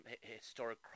Historic